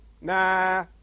nah